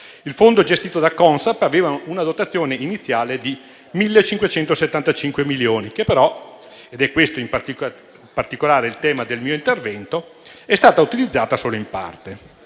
da Consap, il Fondo aveva una dotazione iniziale di 1.575 milioni, che, però - ed è questo in particolare il tema del mio intervento - è stata utilizzata solo in parte.